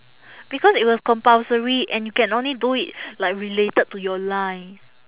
because it was compulsory and you can only do it like related to your line